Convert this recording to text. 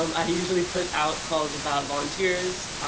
um i usually put out calls about volunteers,